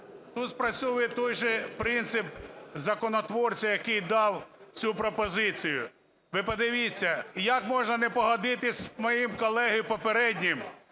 тут, спрацьовує той же принцип законотворця, який дав цю пропозицію. Ви подивіться, як можна не погодитися з моїм колегою попереднім,